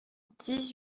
dix